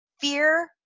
Fear